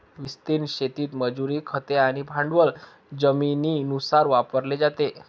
विस्तीर्ण शेतीत मजुरी, खते आणि भांडवल जमिनीनुसार वापरले जाते